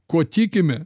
kuo tikime